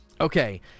okay